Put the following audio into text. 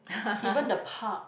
even the park